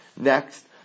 Next